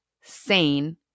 sane